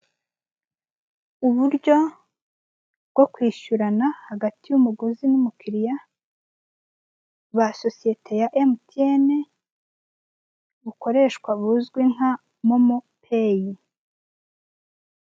Uburyo bwo kwishyurana hagati y'umuguzi n'umukiliya ba sosiyeti ya emutiyeni, bukoreshwa buzwi nka momo peyi.